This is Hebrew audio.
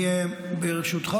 ברשותך,